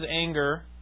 anger